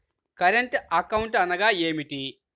Current account అనగా ఏమిటి?